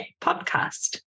podcast